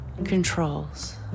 controls